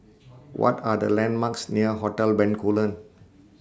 What Are The landmarks near Hotel Bencoolen